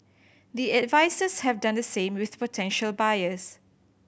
the advisers have done the same with potential buyers